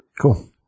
Cool